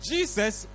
Jesus